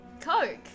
coke